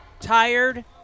tired